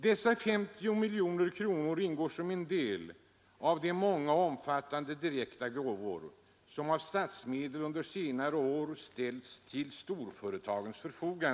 Dessa 50 miljoner kronor ingår som en del i de många och omfattande direkta gåvor som av statsmedel under senare år tilldelats storföretagen.